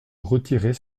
retirer